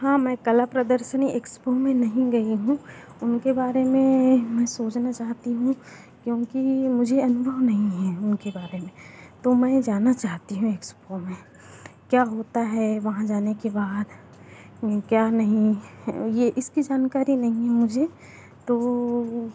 हाँ मैं कला प्रदर्शनी एक्सपो में नहीं गई हूँ उनके बारे में मैं सोचन चाहती हूँ क्योंकि मुझे अनुभव नहीं है उनके बारे में तो मैं जाना चाहती हूँ एक्सपो में क्या होता है वहाँ जाने के बाद क्या नहीं है ये इसकी जानकारी नहीं है मुझे तो